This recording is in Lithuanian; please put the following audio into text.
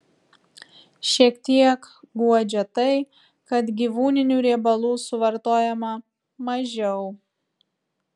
šiek tiek guodžia tai kad gyvūninių riebalų suvartojama mažiau